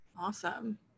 Awesome